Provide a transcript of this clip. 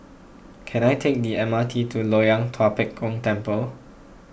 can I take the M R T to Loyang Tua Pek Kong Temple